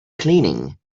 cleaning